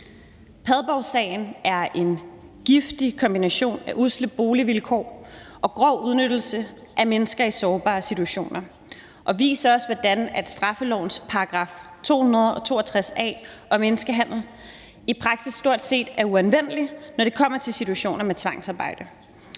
Padborgsagen er en giftig kombination af usle boligvilkår og grov udnyttelse af mennesker i sårbare situationer og viser også, hvordan straffelovens § 262 a om menneskehandel i praksis stort set er uanvendelig, når det kommer til situationer med tvangsarbejde.